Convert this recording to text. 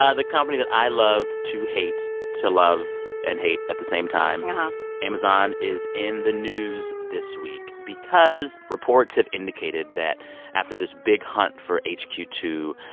ah the company that i love to hate to love and hate at same time. and amazon is in the news this week because reports have indicated that after this big hunt for h q two,